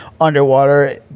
underwater